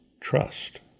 Trust